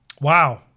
Wow